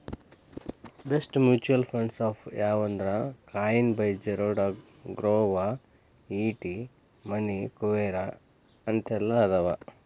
best mutual fund apps ಯಾವಂದ್ರಾ Coin by Zerodha Groww ET Money Kuvera ಅಂತೆಲ್ಲಾ ಅದಾವ